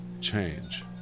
change